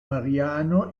mariano